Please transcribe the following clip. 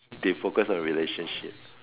they focus on relationship